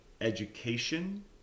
education